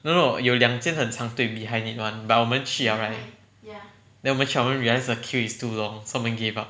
no no 有两件很长队 behind it [one] but 我们去 liao right then 我们去 liao then 我们 realise the queue is too long so 我们 gave up